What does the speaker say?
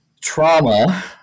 Trauma